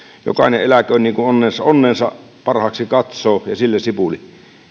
jokainen eläköön niin kuin onnensa parhaaksi katsoo ja sillä sipuli